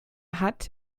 hat